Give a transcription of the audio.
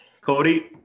Cody